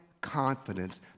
confidence